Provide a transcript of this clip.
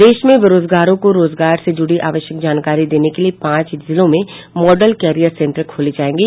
प्रदेश में बेरोजगारों को रोजगार से जुड़ी आवश्यक जानकारी देने के लिए पांच जिलों में मॉडल कैरियर सेंटर खोले जायेंगे